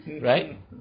Right